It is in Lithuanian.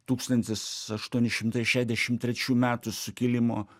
tūkstantis aštuoni šimtai šešiasdešim trečių metų sukilimo